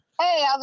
Hey